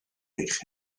eich